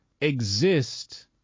exist